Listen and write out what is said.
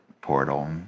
portal